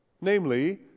Namely